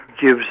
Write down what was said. gives